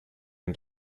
and